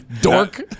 dork